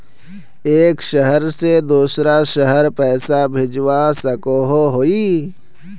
एक शहर से दूसरा शहर पैसा भेजवा सकोहो ही?